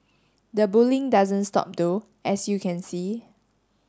the bullying doesn't stop though as you can see